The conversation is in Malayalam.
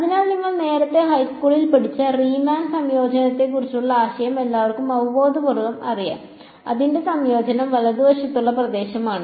അതിനാൽ നിങ്ങൾ നേരത്തെ ഹൈസ്കൂളിൽ പഠിച്ച റീമാൻ സംയോജനത്തെക്കുറിച്ചുള്ള ആശയം എല്ലാവർക്കും അവബോധപൂർവ്വം അറിയാം അതിന്റെ സംയോജനം വലതുവശത്തുള്ള പ്രദേശമാണ്